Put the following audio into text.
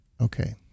Okay